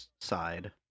side